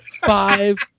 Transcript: Five